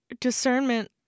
discernment